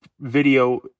video